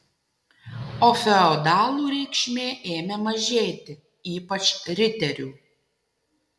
o feodalų reikšmė ėmė mažėti ypač riterių